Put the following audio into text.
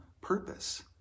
purpose